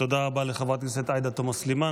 תודה רבה לחברת הכנסת עאידה תומא סלימאן.